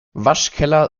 waschkeller